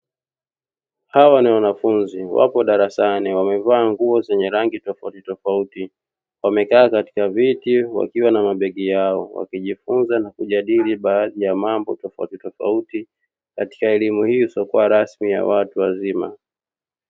Hawa ni wanafunzi wapo darasani wamevaa nguo zenye rangi tofautitofauti. Wamekaa katika viti wakiwa na mabegi yao, wakijifunza na kujadili baadhi ya mambo tofautitofauti katika elimu hiyo isiyokuwa rasmi ya watu wazima.